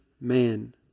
man